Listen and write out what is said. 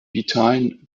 vitalen